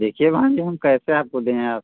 देखिए बहन जी हम कैसे आपको दें